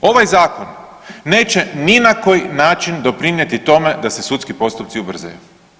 Ovaj zakon neće ni na koji način doprinijeti tome da se sudski postupci ubrzaju.